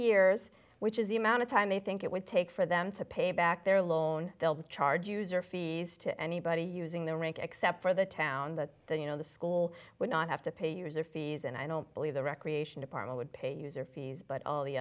years which is the amount of time they think it would take for them to pay back their loan they'll charge user fees to anybody using their rank except for the town that you know the school would not have to pay user fees and i don't believe the recreation department would pay user fees but all the